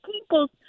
people